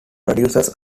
produces